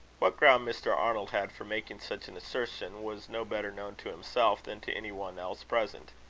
what ground mr. arnold had for making such an assertion, was no better known to himself than to any one else present.